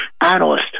analyst